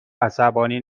عصبانی